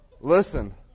Listen